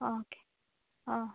okay